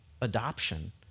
adoption